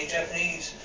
Japanese